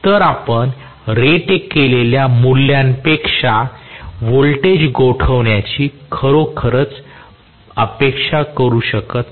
तर आपण रेट केलेल्या मूल्यांपेक्षा व्होल्टेज गोठवण्याची खरोखरच अपेक्षा करू शकत नाही